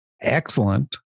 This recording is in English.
excellent